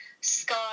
sky